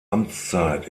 amtszeit